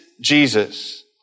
Jesus